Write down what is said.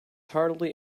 hardly